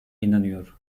inanıyor